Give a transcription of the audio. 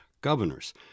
governors